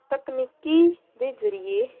ਤਕਨੀਕੀ ਦੇ ਜ਼ਰੀਏ